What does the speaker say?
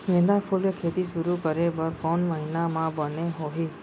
गेंदा फूल के खेती शुरू करे बर कौन महीना मा बने होही?